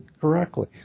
correctly